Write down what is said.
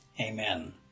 Amen